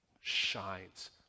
shines